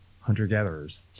hunter-gatherers